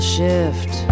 shift